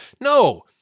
No